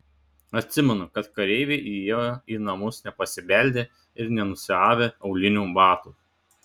atsimenu kad kareiviai įėjo į namus nepasibeldę ir nenusiavę aulinių batų